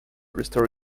restore